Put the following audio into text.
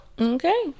Okay